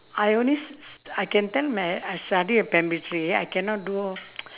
I only s~ s~ I can tell my I study at primary three I cannot do